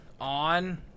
on